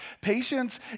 Patience